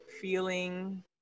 feeling